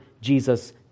Jesus